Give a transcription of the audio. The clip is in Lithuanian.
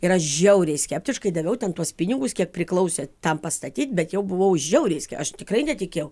ir aš žiauriai skeptiškai daviau ten tuos pinigus kiek priklausė tam pastatyt bet jau buvau žiauriai ske aš tikrai netikėjau